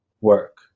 work